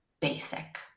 basic